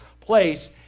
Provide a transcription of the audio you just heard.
place